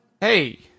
Hey